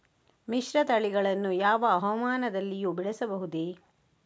ಮಿಶ್ರತಳಿಗಳನ್ನು ಯಾವ ಹವಾಮಾನದಲ್ಲಿಯೂ ಬೆಳೆಸಬಹುದೇ?